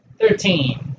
Thirteen